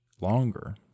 longer